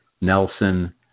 Nelson